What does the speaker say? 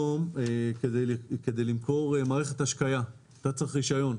כדי למכור היום מערכת השקיה אתה צריך רישיון.